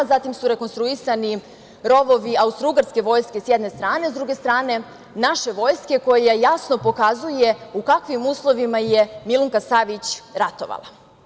Zatim su rekonstruisani rovovi austrougarske vojske s jedne strane, s druge strane, naše vojske koja jasno pokazuje u kakvim uslovima je Milunka Savić ratovala.